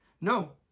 No